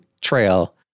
trail